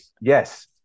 Yes